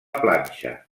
planxa